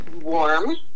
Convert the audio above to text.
warm